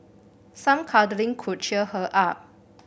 some cuddling could cheer her up